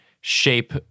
shape